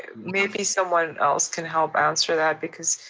maybe someone else can help answer that, because